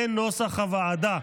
כנוסח הוועדה.